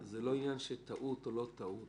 זה לא עניין של טעות או לא טעות.